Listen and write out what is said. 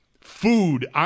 Food